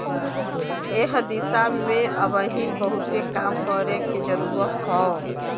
एह दिशा में अबहिन बहुते काम करे के जरुरत हौ